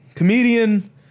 Comedian